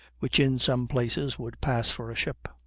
which in some places would pass for a ship,